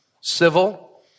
Civil